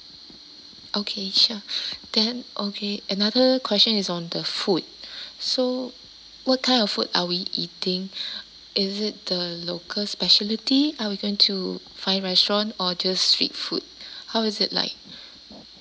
okay sure then okay another question is on the food so what kind of food are we eating is it the local speciality are we going to fine restaurant or just street food how is it like